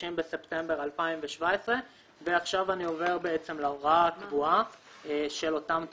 בספטמבר 2017. אני עובר להוראה הקבועה של אותן תקנות,